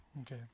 Okay